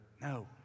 No